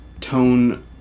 tone